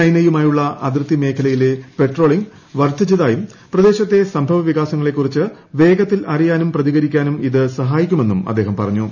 ചൈനയുമായുള്ള അതിർത്തി മേഖലയിലെ പട്രോളിംഗ് വർദ്ധിച്ചതായും പ്രദേശത്തെ സംഭവ വികാസങ്ങളെക്കുറിച്ച് വേഗത്തിൽ അറിയാനും പ്രതികരിക്കാനും ഇത് സഹായിക്കുമെന്നും അദ്ദേഹം പറഞ്ഞു